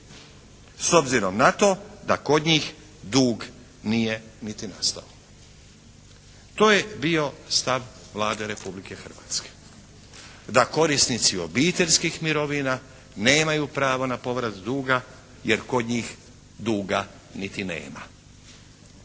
s obzirom na to da kod njih dug nije niti nastao. To je bio stav Vlade Republike Hrvatske. Da korisnici obiteljskih mirovina nemaju pravo na povrat duga, jer kod njih duga niti nema.